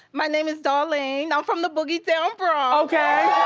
my name is darlene, i'm from the boogie town bronx! okay!